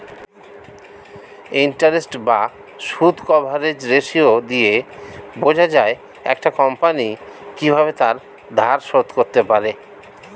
interest বা সুদ coverage ratio দিয়ে বোঝা যায় একটা কোম্পানি কিভাবে তার ধার শোধ করতে পারে